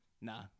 nah